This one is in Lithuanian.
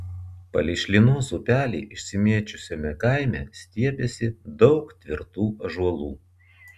palei šlynos upelį išsimėčiusiame kaime stiebėsi daug tvirtų ąžuolų